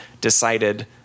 decided